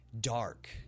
dark